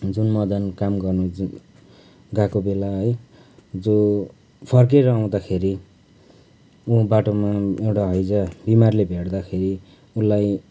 जुन मदन काम गर्नु गएको बेला है जो फर्केर आउँदाखेरि उ बाटोमा एउटा हैजा बिमारले भेट्दाखेरि उसलाई